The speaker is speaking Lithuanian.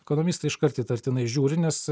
ekonomistai iškart įtartinai žiūri nes